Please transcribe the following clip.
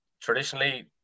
traditionally